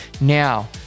now